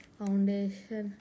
foundation